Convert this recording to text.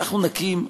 שאנחנו נקים,